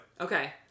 Okay